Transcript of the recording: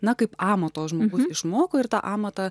na kaip amato žmogus išmoko ir tą amatą